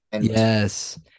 Yes